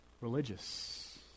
religious